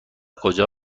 کجا